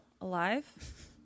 alive